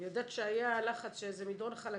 אני יודעת שהיה לחץ של איזה מדרון חלקלק,